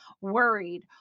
worried